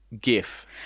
GIF